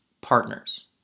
partners